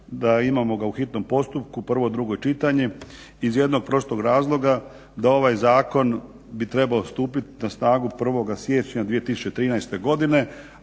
da imamo ga u hitnom postupku, prvo i drugo čitanje, iz jednog prostog razloga da ovaj zakon bi trebao stupiti na snagu 1. siječnja 2013. godine